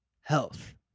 health